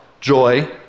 joy